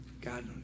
God